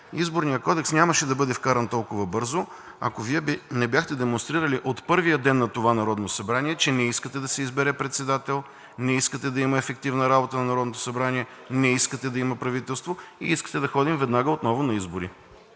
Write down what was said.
Изборният кодекс нямаше да бъде вкаран толкова бързо, ако Вие не бяхте демонстрирали от първия ден на това Народно събрание, че не искате да се избере председател, не искате да има ефективна работа на Народното събрание, не искате да има правителство и искате да ходим веднага отново на избори.